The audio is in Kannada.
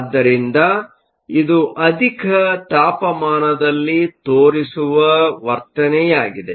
ಆದ್ದರಿಂದ ಇದು ಅಧಿಕ ತಾಪಮಾನದಲ್ಲಿ ತೋರಿಸುವ ವರ್ತನೆಯಾಗಿದೆ